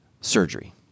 surgery